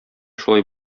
шулай